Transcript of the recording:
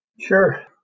Sure